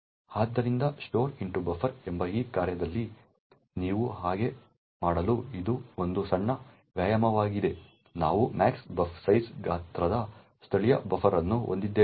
ಆದ್ದರಿಂದ store into buffer ಎಂಬ ಈ ಕಾರ್ಯದಲ್ಲಿ ನೀವು ಹಾಗೆ ಮಾಡಲು ಇದು ಒಂದು ಸಣ್ಣ ವ್ಯಾಯಾಮವಾಗಿದೆ ನಾವು max buf size ಗಾತ್ರದ ಸ್ಥಳೀಯ ಬಫರ್ ಅನ್ನು ಹೊಂದಿದ್ದೇವೆ